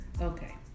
Okay